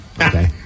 Okay